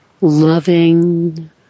loving